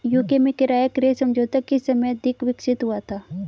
UK में किराया क्रय समझौता किस समय अधिक विकसित हुआ था?